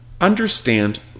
understand